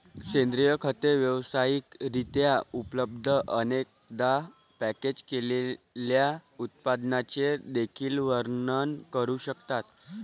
सेंद्रिय खते व्यावसायिक रित्या उपलब्ध, अनेकदा पॅकेज केलेल्या उत्पादनांचे देखील वर्णन करू शकतात